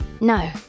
No